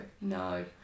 No